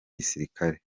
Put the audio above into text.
gisirikare